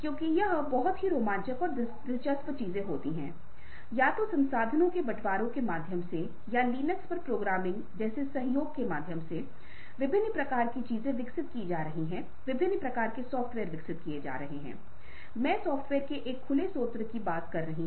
इसलिए वे मन में एक उद्देश्य के साथ दूसरों के साथ बंधन स्थापित करते हैं इसका मतलब यह नहीं है कि वे बिना किसी उद्देश से दूसरों के साथ बंधन स्थापित कर रहे हैं